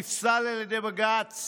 נפסל על ידי בג"ץ